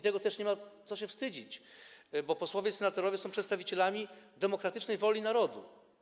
Tego też nie ma co się wstydzić, bo posłowie i senatorowie są przedstawicielami demokratycznej woli narodu.